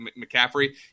McCaffrey